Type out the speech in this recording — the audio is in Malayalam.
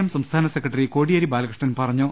എം സംസ്ഥാന സെക്രട്ടറി കോടിയേരി ബാലകൃഷ്ണൻ പറഞ്ഞു